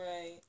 Right